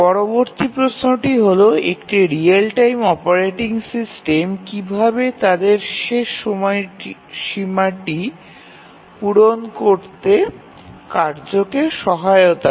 পরবর্তী প্রশ্নটি হল একটি রিয়েল টাইম অপারেটিং সিস্টেম কীভাবে তাদের শেষ সময়সীমাটি পূরণ করতে কার্যকে সহায়তা করে